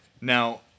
Now